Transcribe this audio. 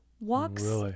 walks